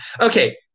Okay